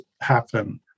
happen